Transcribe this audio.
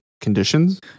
conditions